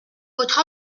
votre